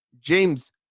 James